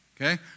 okay